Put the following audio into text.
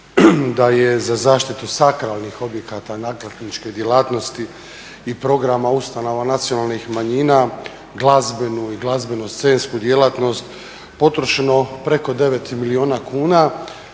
da je za zaštitu … objekata … djelatnosti i programa ustanova nacionalnih manjina, glazbenu i glazbenu-scensku djelatnost potrošeno preko 9 milijuna kuna.